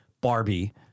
Barbie